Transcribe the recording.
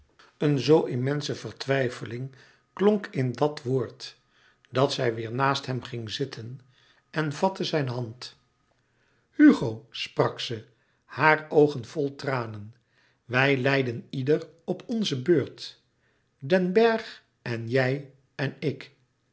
een zoo immense vertwijfeling klonk in dat woord dat zij weêr naast hem ging zitten en vatte zijn hand hugo sprak ze haar oogen vol tranen wij lijden ieder op onze beurt den bergh en jij en ik